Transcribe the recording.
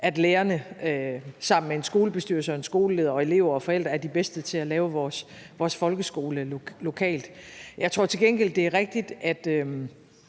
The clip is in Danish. at lærerne sammen med en skolebestyrelse og en skoleleder og elever og forældre er de bedste til at lave vores folkeskole lokalt. Jeg tror til gengæld, det er rigtigt, at